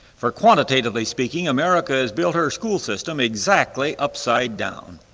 for quantitatively speaking america has built her school system exactly upside down.